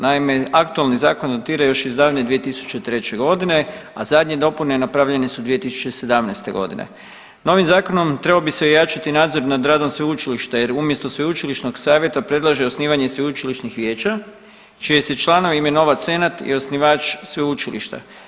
Naime, aktualni zakon dotira još iz davne 2003.g., a zadnje dopune napravljene su 2017.g. Novim zakonom trebao bi se ojačati nadzor nad radom sveučilišta jer umjesto sveučilišnog savjeta predlaže osnivanje sveučilišnih vijeća čije se članove imenovat senat i osnivač sveučilišta.